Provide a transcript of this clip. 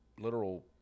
literal